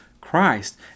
christ